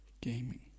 gaming